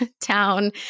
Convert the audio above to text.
town